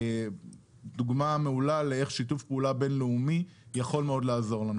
זאת דוגמה מעולה לאיך שיתוף פעולה בין-לאומי יכול מאוד לעזור לנו.